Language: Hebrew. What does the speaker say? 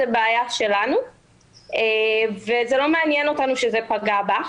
זו בעיה שלנו וזה לא מעניין אותנו שזה פגע בך.